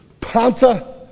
panta